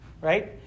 right